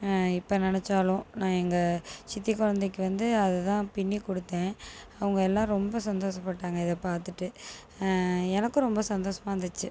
இப்போ நினச்சாலும் நான் எங்கள் சித்தி குழந்தைளுக்கு வந்து அதை தான் பின்னி கொடுத்தேன் அவங்க எல்லா ரொம்ப சந்தோச பட்டாங்கள் இதை பார்த்துட்டு எனக்கும் ரொம்ப சந்தோசமாக இருந்துச்சு